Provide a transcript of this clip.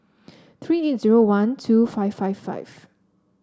three eight zero one two five five five